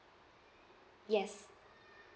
yes